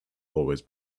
always